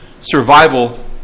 survival